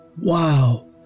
Wow